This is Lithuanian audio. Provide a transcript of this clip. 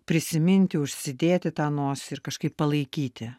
prisiminti užsidėti tą nosį ir kažkaip palaikyti